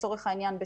מתייחסים,